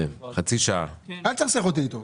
חצי שעה אל תסכסך אותי איתו.